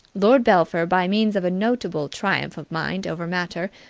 lord belpher, by means of a notable triumph of mind over matter,